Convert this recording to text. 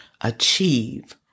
achieve